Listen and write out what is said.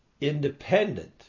independent